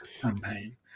campaign